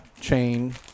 chain